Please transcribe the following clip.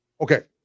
Okay